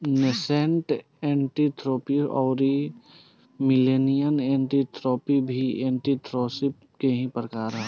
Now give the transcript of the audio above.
nascent entrepreneurship अउरी millennial entrepreneurship भी entrepreneurship के ही प्रकार ह